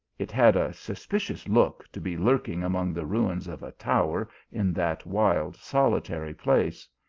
it had a suspicious look to be lurking among the ruins of a tower in that wild solitary place.